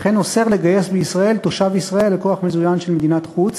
וכן אוסר לגייס בישראל תושב ישראל לכוח מזוין של מדינת חוץ